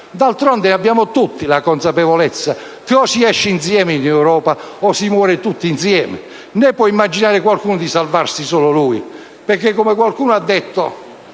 D'altronde, abbiamo tutti la consapevolezza che o si esce insieme, in Europa, o si muore tutti insieme. Né qualcuno può immaginare di salvarsi da solo perché, come qualcuno ha detto,